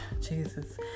Jesus